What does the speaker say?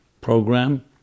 program